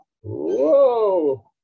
Whoa